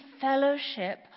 fellowship